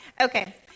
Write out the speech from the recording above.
Okay